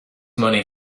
money